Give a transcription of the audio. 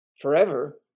forever